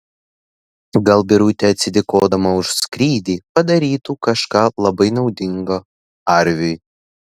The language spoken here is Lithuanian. gal birutė atsidėkodama už skrydį padarytų kažką labai naudingo arviui